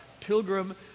pilgrim